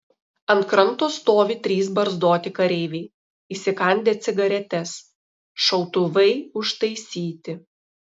ant kranto stovi trys barzdoti kareiviai įsikandę cigaretes šautuvai užtaisyti